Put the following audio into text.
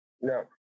No